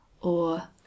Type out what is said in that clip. or